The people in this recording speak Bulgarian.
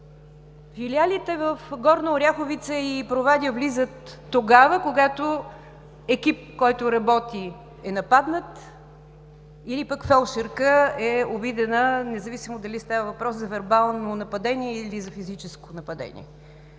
филиалите в Горна Оряховица и Провадия влизат тогава, когато екип, който работи, е нападнат или пък фелдшерка е обидена, независимо дали става въпрос за вербално или за физическо нападение.